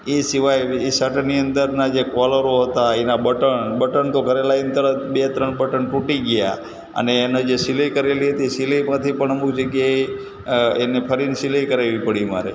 એ સિવાય એ શર્ટની અંદરના જે કૉલરો હતા એના બટન બટન તો ઘરે લાવીને તરત બે ત્રણ બટન તૂટી ગયાં અને એના જે સિલાઈ કરેલી હતી સિલાઈમાંથી પણ અમૂક જગ્યાએ અ એને ફરીને સિલાઈ કરાવવી પડી મારે